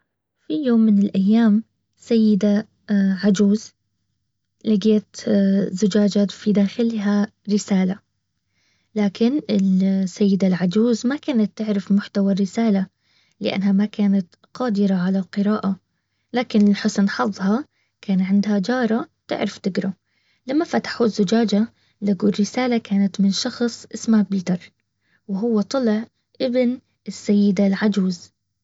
في يوم من الايام سيدة عجوز لقيت زجاجة في داخلها رسالة. لكن السيدة العجوز ما كانت تعرف محتوى الرسالة. لانها ما كانت قادرة على القراءة. لكن لحسن حظها كان عندها جارة بتعرف تقرا لما فتحو الزجاجه لقو رساله كانت من شخص اسمه بيتر وهو طلع ابن السيده العجوز